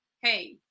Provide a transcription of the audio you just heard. Hey